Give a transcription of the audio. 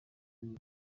nini